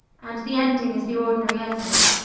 and the ending is the ordinary ending.